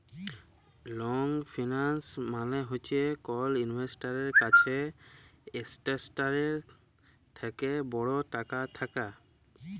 long ফিল্যাল্স মালে হছে কল ইল্ভেস্টারের কাছে এসেটটার থ্যাকে বড় টাকা থ্যাকা